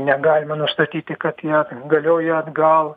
negalime nustatyti kad jie galioja atgal